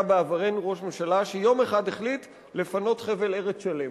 היה בעברנו ראש ממשלה שיום אחד החליט לפנות חבל ארץ שלם,